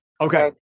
Okay